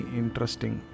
interesting